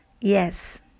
Yes